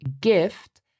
gift